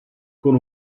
con